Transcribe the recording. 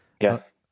Yes